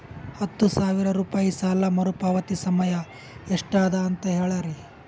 ಹತ್ತು ಸಾವಿರ ರೂಪಾಯಿ ಸಾಲ ಮರುಪಾವತಿ ಸಮಯ ಎಷ್ಟ ಅದ ಅಂತ ಹೇಳರಿ?